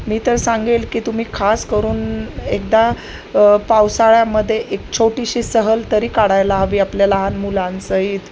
मी तर सांगेल की तुम्ही खास करून एकदा पावसाळ्यामध्ये एक छोटीशी सहल तरी काढायला हवी आपल्या लहान मुलांसहित